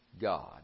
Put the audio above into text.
God